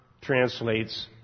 translates